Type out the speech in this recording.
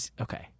Okay